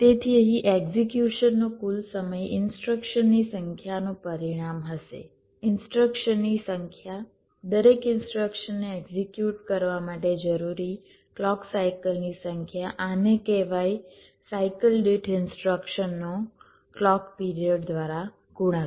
તેથી અહીં એક્ઝિક્યુશ નો કુલ સમય ઇનસ્ટ્રક્શનની સંખ્યાનું પરિણામ હશે ઇનસ્ટ્રક્શનની સંખ્યા દરેક ઇનસ્ટ્રક્શનને એક્ઝિક્યુટ કરવા માટે જરૂરી ક્લૉક સાયકલ ની સંખ્યા આને કહેવાય સાયકલ દીઠ ઇનસ્ટ્રક્શનનો ક્લૉક પિરિયડ દ્વારા ગુણાકાર